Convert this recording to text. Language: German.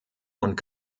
und